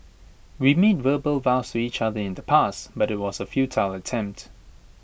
we made verbal vows to each other in the past but IT was A futile attempt